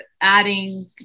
adding